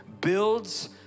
builds